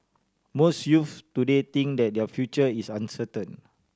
most youths today think that their future is uncertain